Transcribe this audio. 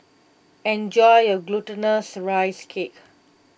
enjoy your Glutinous Rice Cake